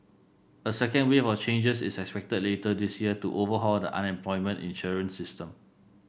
a second wave of changes is expected later this year to overhaul the unemployment insurance system